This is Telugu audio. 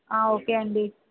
ఓకే అండీ